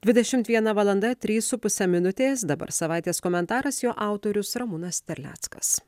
dvidešimt viena valanda trys su puse minutės dabar savaitės komentaras jo autorius ramūnas terleckas